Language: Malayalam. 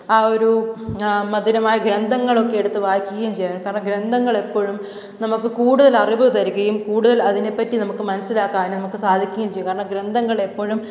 ആ ഒരു മധുരമായ ഗ്രന്ഥങ്ങളൊക്കെ എടുത്ത് വായിക്കുകയും ചെയ്യാറൂണ്ട് കാരണം ഗ്രന്ഥങ്ങൾ എപ്പോഴും നമുക്ക് കൂടുതൽ അറിവ് തരികയും കൂടുതൽ അതിനെ പറ്റി നമുക്ക് മനസ്സിലാക്കാൻ നമുക്ക് സാധിക്കുകയും ചെയ്യും ഗ്രന്ഥങ്ങൾ എപ്പോഴും